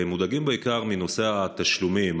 והם מודאגים בעיקר מנושא התשלומים,